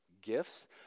gifts